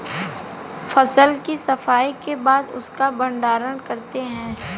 फसल की सफाई के बाद उसका भण्डारण करते हैं